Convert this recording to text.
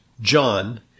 John